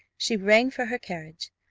she rang for her carriage.